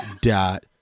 dot